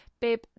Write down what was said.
Babe